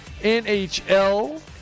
NHL